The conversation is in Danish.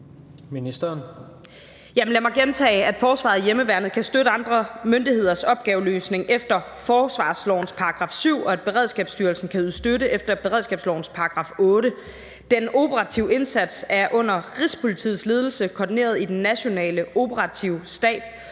lad mig gentage, at forsvaret og hjemmeværnet kan støtte andre myndigheders opgaveløsning efter forsvarslovens § 7, og at Beredskabsstyrelsen kan yde støtte efter beredskabslovens § 8. Den operative indsats er under Rigspolitiets ledelse koordineret i den nationale operative stab,